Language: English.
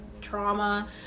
trauma